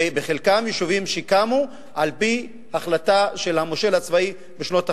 וחלקם יישובים שקמו על-פי החלטה של המושל הצבאי בשנות ה-50.